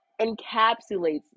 encapsulates